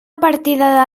partida